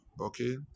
Okay